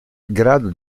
grado